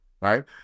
Right